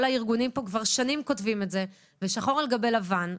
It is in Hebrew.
כל הארגונים כבר שנים כותבים את זה שחור על גבי לבן,